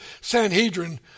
Sanhedrin